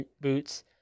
boots